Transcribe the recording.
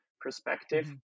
perspective